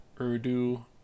Urdu